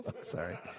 Sorry